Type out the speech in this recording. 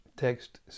Text